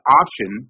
option